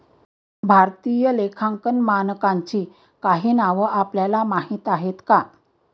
भारतीय लेखांकन मानकांची काही नावं आपल्याला माहीत आहेत का?